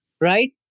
right